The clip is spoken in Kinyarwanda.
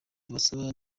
tubasaba